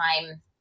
time